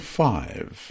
five